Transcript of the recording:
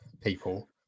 people